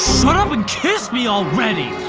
sort of and kiss me already!